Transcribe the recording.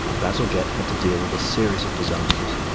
bazalgette had to deal with a series of disasters.